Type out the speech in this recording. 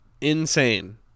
Insane